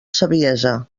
saviesa